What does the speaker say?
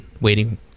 waiting